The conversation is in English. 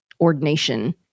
ordination